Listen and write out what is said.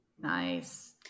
Nice